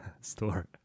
store